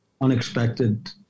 Unexpected